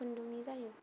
खुन्दुंनि जायो